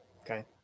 okay